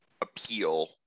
appeal